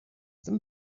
them